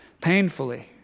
Painfully